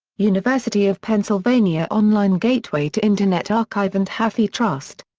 university of pennsylvania online gateway to internet archive and hathi trust.